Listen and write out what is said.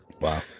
Wow